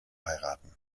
heiraten